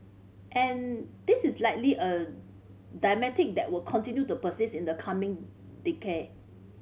and this is likely a that will continue to persist in the coming decade